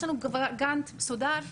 יש לנו כבר גאנט מסודר.